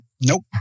Nope